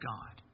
God